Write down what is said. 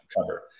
cover